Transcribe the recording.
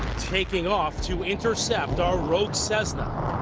taking off to intercept our rogue cessna.